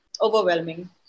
overwhelming